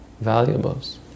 valuables